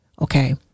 Okay